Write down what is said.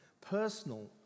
personal